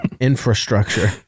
Infrastructure